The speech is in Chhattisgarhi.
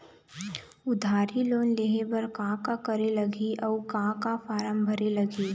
उधारी लोन लेहे बर का का करे लगही अऊ का का फार्म भरे लगही?